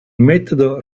metodo